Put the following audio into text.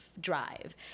drive